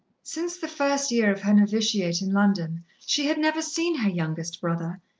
since the first year of her novitiate in london she had never seen her youngest brother,